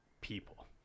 people